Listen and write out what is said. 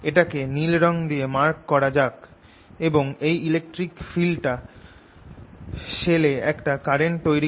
এটাকে নিল রঙ দিয়ে মার্ক করা যাক এবং এই ইলেকট্রিক ফিল্ডটা শেল এ একটা কারেন্ট তৈরি করে